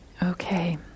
Okay